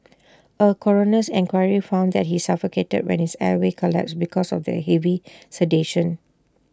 A coroner's inquiry found that he suffocated when his airway collapsed because of the heavy sedation